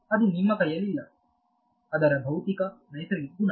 ಅದು ನಿಮ್ಮ ಕೈಯಲ್ಲಿಲ್ಲ ಅದರ ಭೌತಿಕ ನೈಸರ್ಗಿಕ ಗುಣ